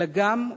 אלא גם,